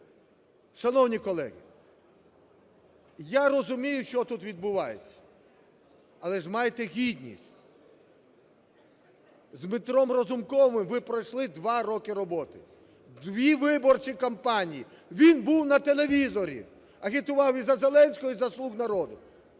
Шановні колеги, я розумію, що тут відбувається, але ж майте гідність. З Дмитром Разумковим ви пройшли два роки роботи, дві виборчі кампанії. Він був в телевізорі, агітував і за Зеленського, і за "слуг народу".